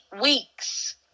weeks